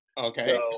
Okay